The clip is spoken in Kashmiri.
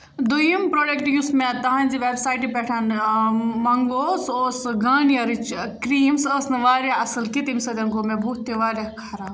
دوٚیِم پرٛوڈَکٹ یُس مےٚ تَہَنٛزِ وٮ۪بسایٹہِ پٮ۪ٹھ اَننہٕ منٛگوو سُہ اوس گانِیَرٕچ کرٛیٖم سُہ ٲس نہٕ واریاہ اَصٕل کینٛہہ تٔمۍ سۭتۍ گوٚو مےٚ بُتھ تہِ واریاہ خراب